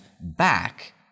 back